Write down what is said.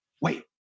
wait